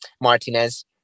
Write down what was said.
martinez